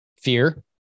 Fear